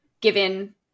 given